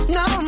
no